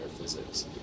physics